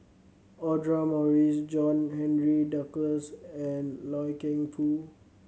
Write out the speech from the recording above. Audra Morrice John Henry Duclos and Loy Keng Foo